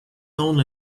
only